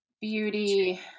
beauty